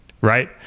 right